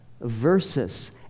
versus